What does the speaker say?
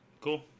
Cool